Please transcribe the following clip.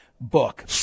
book